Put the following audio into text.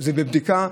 זה בבדיקה.